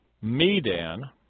Medan